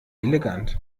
elegant